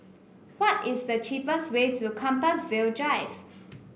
why is the cheapest way to Compassvale Drive